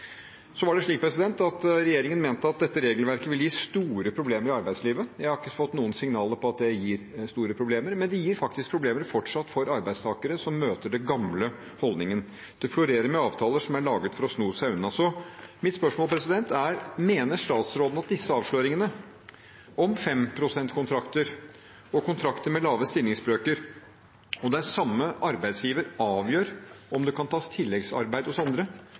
Så var det slik at regjeringen mente at dette regelverket ville gi store problemer i arbeidslivet. Jeg har ikke fått noen signaler om at det gir store problemer, men det gir faktisk fortsatt problemer for arbeidstakere som møter den gamle holdningen. Det florerer med avtaler som er laget for å sno seg unna. Mitt spørsmål er: Mener statsråden at disse avsløringene om 5-prosentkontrakter og kontrakter med lave stillingsbrøker der samme arbeidsgiver avgjør om det kan tas tilleggsarbeid hos andre,